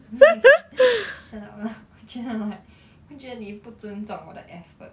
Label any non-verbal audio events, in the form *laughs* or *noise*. *laughs* shut up lah 我觉得 like 我觉得你不尊重我的 effort